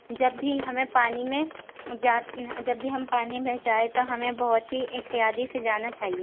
جب بھی ہمیں پانی میں جب بھی ہم پانی میں جائیں تو ہمیں بہت ہی احتیاطی سے جانا چاہیے